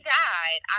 died